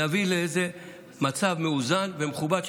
נביא למצב מאוזן ומכובד.